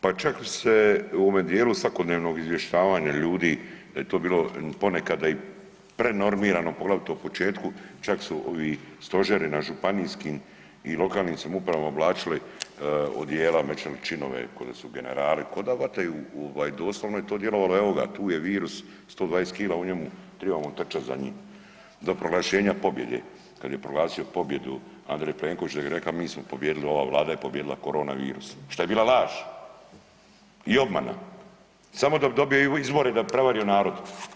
Pa čak bi se u ovom dijelu svakodnevnog izvještavanja ljudi da bi to bilo ponekada prenormirano poglavito u početku čak su Stožeri na županijskim i lokalnim samoupravama oblačili odijela, metali činove ko da su generali, ko da vataju evo doslovno je to djelovalo evo ga tu je virus 120 kila u njemu, tribamo trčat za njim do proglašenja pobjede kad je proglasio pobjedu Andrej Plenković, kada je rekao mi smo pobijedili, ova Vlada je pobijedila korona virus šta je bila laž i obmana samo dok dobije izbore da bi prevario narod.